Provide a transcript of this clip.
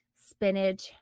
spinach